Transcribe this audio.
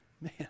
man